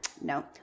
No